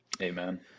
Amen